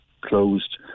closed